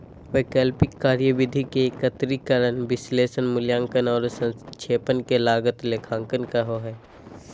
वैकल्पिक कार्यविधि के एकत्रीकरण, विश्लेषण, मूल्यांकन औरो संक्षेपण के लागत लेखांकन कहो हइ